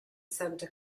santa